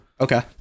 okay